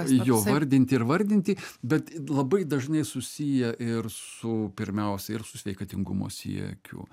jo vardinti ir vardinti bet labai dažnai susiję ir su pirmiausia ir su sveikatingumo siekiu